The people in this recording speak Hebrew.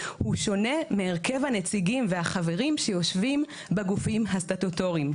הוא שונה מהרכב הנציגים והחברים שיושבים בגופים הסטטוטוריים,